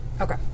Okay